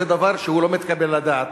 זה דבר שהוא לא מתקבל על הדעת.